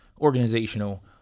organizational